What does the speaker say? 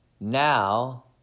Now